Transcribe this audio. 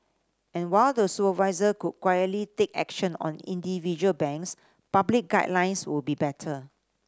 and while the supervisor could quietly take action on individual banks public guidelines would be better